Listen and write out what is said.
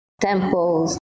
Temples